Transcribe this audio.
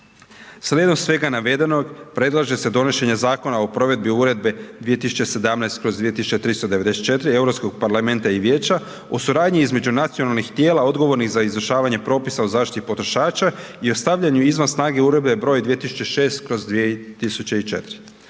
Slijedom svega navedenog predlaže se donošenje Zakona o provedbi Uredbe (EU) 2017/2394 Europskog parlamenta i Vijeća o suradnji između nacionalnih tijela odgovornih za izvršavanje propisa o zaštiti potrošača i o stavljanju izvan snage Uredbe (EZ) br. 2006/2004.